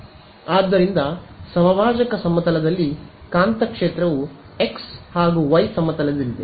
ಆದ್ದರಿಂದ ಸಮಭಾಜಕ ಸಮತಲದಲ್ಲಿ ಕಾಂತಕ್ಷೇತ್ರವು x y ಸಮತಲದಲ್ಲಿದೆ